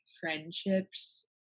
friendships